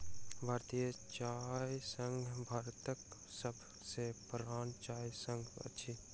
भारतीय चाय संघ भारतक सभ सॅ पुरान चाय संघ अछि